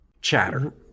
chatter